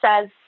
says